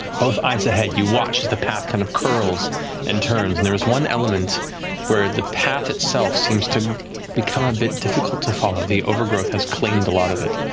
both eyes ahead, you watch as the path kind of curls and turns, and there is one element where the path seems to become a bit difficult to follow. the overgrowth has claimed a lot of it.